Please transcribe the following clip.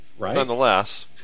nonetheless